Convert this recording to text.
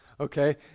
Okay